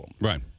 Right